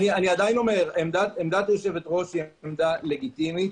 עמדת היושבת-ראש היא עמדה לגיטימית.